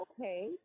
Okay